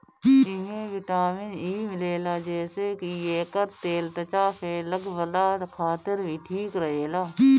एमे vitamin E मिलेला जेसे की एकर तेल त्वचा पे लगवला खातिर भी ठीक रहेला